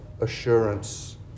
assurance